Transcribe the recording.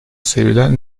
sevilen